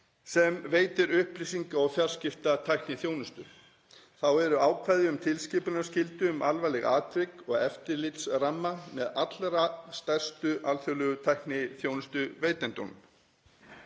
sem veitir upplýsinga- og fjarskiptatækniþjónustu. Þá eru ákvæði um tilkynningarskyldu um alvarleg atvik og eftirlitsramma með allra stærstu alþjóðlegu tækniþjónustuveitendum.